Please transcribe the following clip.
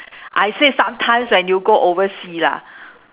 I said sometimes when you go oversea lah